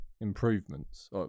Improvements